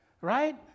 Right